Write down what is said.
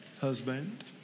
Husband